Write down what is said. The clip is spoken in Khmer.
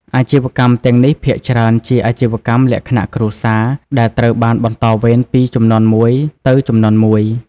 អាជីវកម្មទាំងនេះភាគច្រើនជាអាជីវកម្មលក្ខណៈគ្រួសារ ដែលត្រូវបានបន្តវេនពីជំនាន់មួយទៅជំនាន់មួយ។